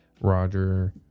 roger